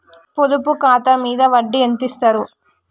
పొదుపు ఖాతా మీద వడ్డీ ఎంతిస్తరు?